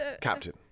Captain